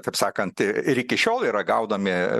taip sakant ir ir iki šiol yra gaudomi